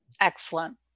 Excellent